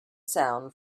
sound